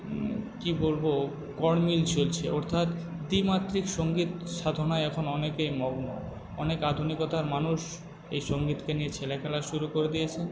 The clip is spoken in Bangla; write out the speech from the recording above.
কি বলবো গড়মিল চলছে অর্থাৎ দ্বিমাত্রিক সংগীত সাধনায় এখন অনেকেই মগ্ন অনেক আধুনিকতার মানুষ এই সঙ্গীতকে নিয়ে ছেলেখেলা শুরু করে দিয়েছে